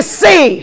see